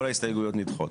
כל ההסתייגויות נדחות.